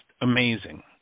amazing